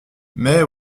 mais